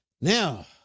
Now